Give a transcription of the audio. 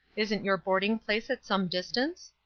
isn't your boarding place at some distance?